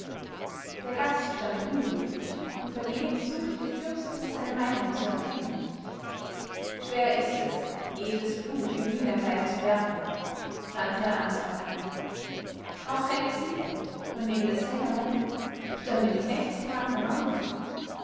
der gast stand unbeweglich und vergebens suchte die fürstin seine meinung zu erkennen schwer ist es edles blut im dienerkleid zu bergen wandte herr answald ein auch held siegfried von dem der sänger meldet stand im knechtsgewand am amboß